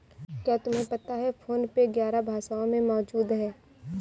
क्या तुम्हें पता है फोन पे ग्यारह भाषाओं में मौजूद है?